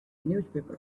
newspaper